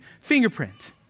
fingerprint